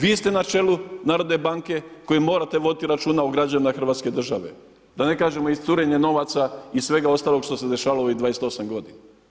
Vi se na čelu Narodne banke koji morate voditi računa o građanima hrvatske države da ne kažem i curenja novaca i svega ostaloga što se dešavalo u ovih 28 godina.